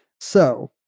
So-